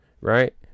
right